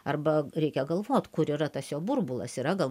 arba reikia galvot kur yra tas jo burbulas yra gal